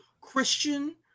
Christian